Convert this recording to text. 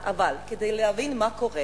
אבל כדי להבין מה קורה